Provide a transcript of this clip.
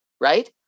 right